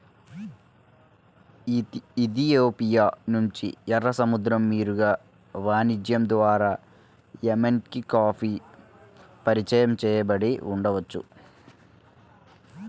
Ethiopia నుండి, ఎర్ర సముద్రం మీదుగా వాణిజ్యం ద్వారా ఎమెన్కి కాఫీ పరిచయం చేయబడి ఉండవచ్చు